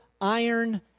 iron